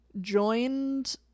joined